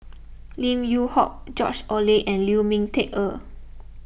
Lim Yew Hock George Oehlers and Lu Ming Teh Earl